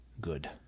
good